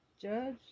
Judge